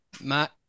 Matt